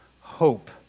hope